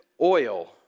oil